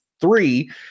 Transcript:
three